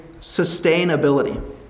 sustainability